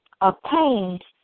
obtained